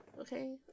Okay